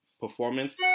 performance